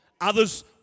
others